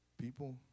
People